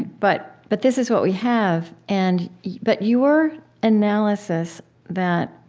but but this is what we have. and yeah but your analysis that